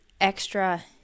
extra